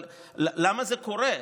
אבל למה זה קורה?